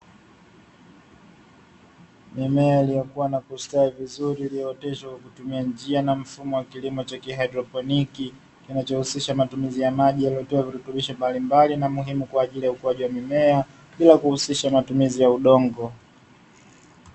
Mimea iliyokua na kustawi vizuri iliyooteshwa kwa kutumia njia na mfumo wa kilimo cha kihaidroponi, kinachohusisha matumizi ya maji yaliyotiwa virutubisho vya aina mbalimbali kwa ajili ya ukuaji wa mimea bila kuhusisha matumizi ya udongo.